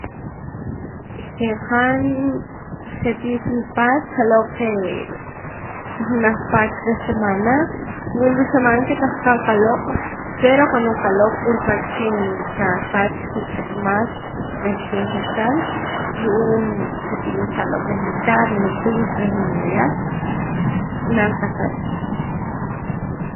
Je' han je'tii chi nipaat qaloq' jee' je' junaj pach reh xamaana wul xamaana ke tahqa' qaloq' pero cuando nqaloq' wul pach ken nkasach juntz'ep mas reh cien quetzal ru'uum je'tii nqaloq' reh nitaat reh nituut reh ninooya laa' nqasach